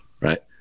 right